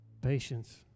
patience